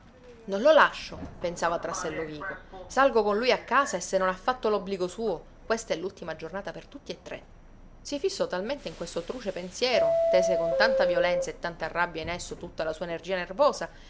non lo lascio pensava tra sé lovico salgo con lui a casa e se non ha fatto l'obbligo suo questa è l'ultima giornata per tutti e tre si fissò talmente in questo truce pensiero tese con tanta violenza e tanta rabbia in esso tutta la sua energia nervosa